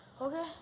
Okay